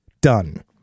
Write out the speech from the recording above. done